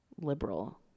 liberal